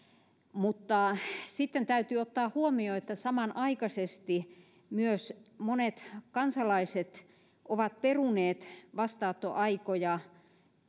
mutta sitten täytyy ottaa huomioon että samanaikaisesti myös monet kansalaiset ovat peruneet vastaanottoaikoja